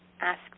Ask